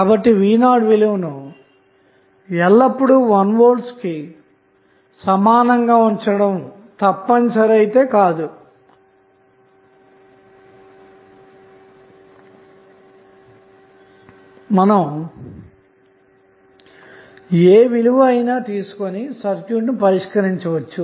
కాబట్టిv0 విలువను ఎల్లప్పుడూ 1V కు సమానంగాఉంచడంతప్పనిసరి ఏమి కాదు మీరుఏ విలువ అయినా తీసుకొని సర్క్యూట్ను పరిష్కరించవచ్చు